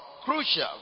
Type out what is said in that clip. crucial